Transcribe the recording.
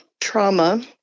trauma